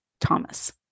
Thomas